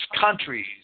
countries